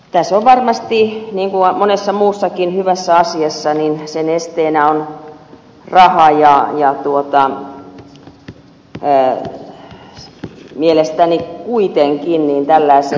tässä on varmasti niin kuin monessa muussakin hyvässä asiassa esteenä raha ja mielestäni kuitenkin tällaiseen pitäisi löytyä rahaa